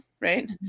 right